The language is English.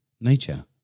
Nature